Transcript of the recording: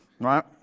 Right